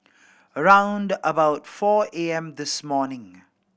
around about four A M this morning